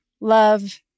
love